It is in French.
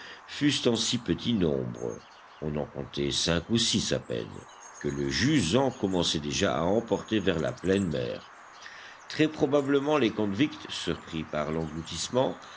fussent en si petit nombre on en comptait cinq ou six à peine que le jusant commençait déjà à emporter vers la pleine mer très probablement les convicts surpris par